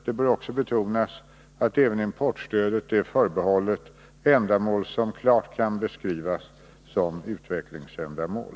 Det bör också betonas att även importstödet är förbehållet ändamål som klart kan beskrivas som utvecklingsändamål.